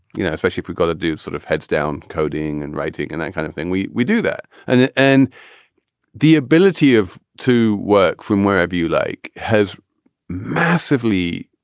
you know, especially if we got to do sort of heads down coding and writing and that kind of thing, we we do that. and the and the ability of to work from wherever you like has massively.